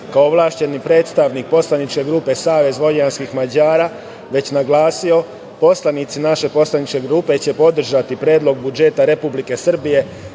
kao ovlašćeni predstavnik poslaničke grupe Savez vojvođanskih Mađara već naglasio, poslanici naše poslaničke grupe će podržati Predlog budžeta Republike Srbije